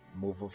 move